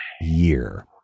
year